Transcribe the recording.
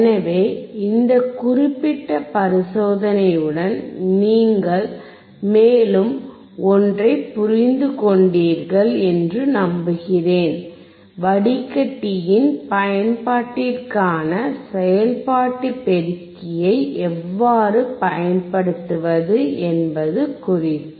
எனவே இந்த குறிப்பிட்ட பரிசோதனையுடன் நீங்கள் மேலும் ஒன்றைப் புரிந்து கொண்டீர்கள் என்று நம்புகிறேன் வடிகட்டியின் பயன்பாட்டிற்கான செயல்பாட்டு பெருக்கியை எவ்வாறு பயன்படுத்துவது என்பது குறித்து